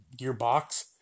gearbox